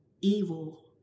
evil